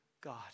God